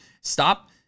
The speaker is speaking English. Stop